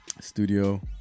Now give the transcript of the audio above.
studio